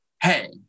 Hey